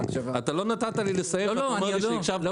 אתה לא נתת לי לסיים, ואתה אומר לי שהקשבת?